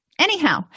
anyhow